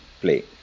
play